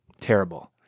terrible